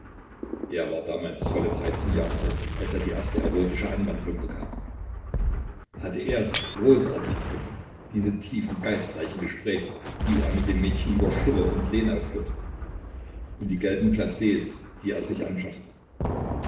er war damals volle dreizehn jahre alt als er die erste erotische anwandlung bekam hatte er sich großartig gefunden diese tiefen geistreichen gespräche die er mit dem mädchen über schiller und lenau führte und die gelben glacs die er sich anschaffte